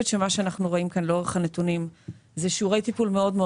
שמה שאנחנו רואים כאן לאורך הנתונים זה שיעורי טיפול מאוד מאוד